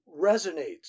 resonates